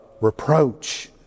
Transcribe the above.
reproach